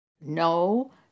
no